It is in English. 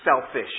Selfish